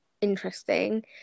interesting